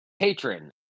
Patron